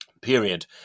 period